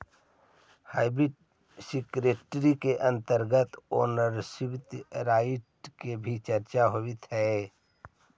hybrid security के अंतर्गत ownership right के भी चर्चा होवऽ हइ